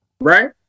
right